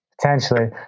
Potentially